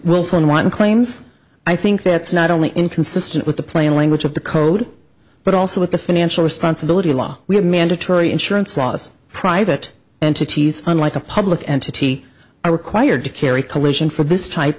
wanton claims i think that's not only inconsistent with the plain language of the code but also with the financial responsibility law we have mandatory insurance laws private entities unlike a public entity are required to carry collision for this type